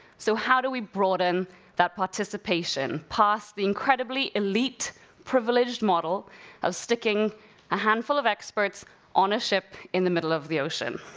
so how do we broaden that participation past the incredibly elite privileged model of sticking a handful of experts on a ship in the middle of the ocean?